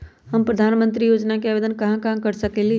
हम प्रधानमंत्री योजना के आवेदन कहा से कर सकेली?